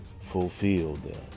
fulfilled